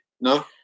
no